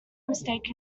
mistake